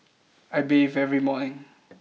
I bathe every morning